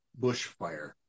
bushfire